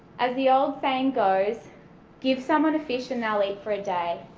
as the old saying goes give someone a fish and they'll eat for a day,